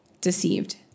deceived